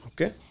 Okay